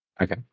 Okay